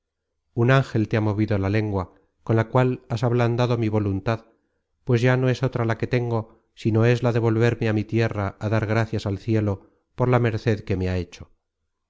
un ángel te ha movido la lengua con la cual has ablandado mi vo luntad pues ya no es otra la que tengo sino es la de vol verme á mi tierra á dar gracias al cielo por la merced que me ha hecho